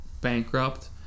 bankrupt